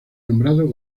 nombrado